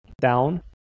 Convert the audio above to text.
down